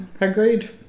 Agreed